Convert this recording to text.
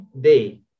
day